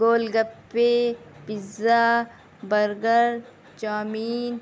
goal gappe pizza burger chowmein